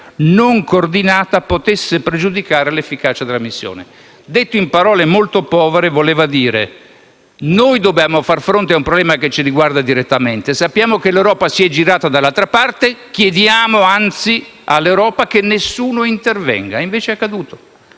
non coordinata potesse pregiudicare l'efficacia della missione. Detto in parole molto povere, si voleva dire: noi dobbiamo far fronte a un problema che ci riguarda direttamente; sappiamo che l'Europa si é girata dall'altra parte e chiediamo all'Europa che nessuno intervenga. Invece è accaduto.